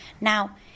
now